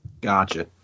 Gotcha